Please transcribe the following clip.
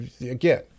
again